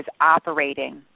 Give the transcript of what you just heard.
operating